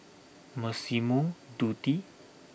Massimo Dutti